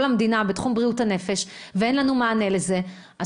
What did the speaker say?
המדינה בתחום בריאות הנפש ואין לנו מענה לזה,